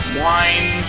wine